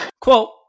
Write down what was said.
Quote